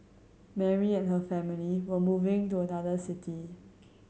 Mary and her family were moving to another city